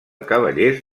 cavallers